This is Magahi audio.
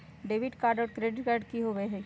डेबिट कार्ड और क्रेडिट कार्ड की होवे हय?